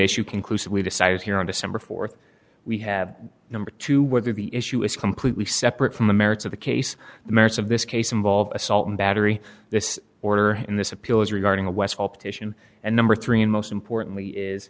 issue conclusively decided here on december th we have number two whether the issue is completely separate from the merits of the case the merits of this case involved assault and battery this order in this appeal is regarding a westfall petition and number three and most importantly is